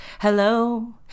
hello